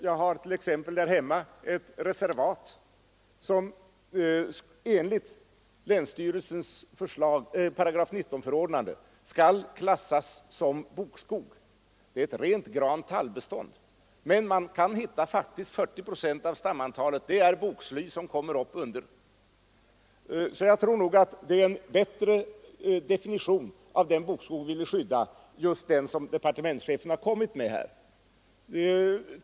Jag har t.ex. hemma ett reservat som enligt länsstyrelsens § 19-förordnande skall klassas som bokskog. Det är ett rent granoch tallbestånd, men man kan faktiskt hitta 40 procent bok av stamantalet, även om det mest är boksly som kommer upp under. Jag tror därför att den definition som departementschefen har gjort är bättre för den bokskog vi vill skydda.